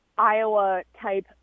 Iowa-type